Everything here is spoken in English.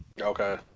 Okay